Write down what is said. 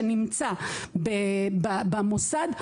שנמצא במוסד,